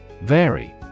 Vary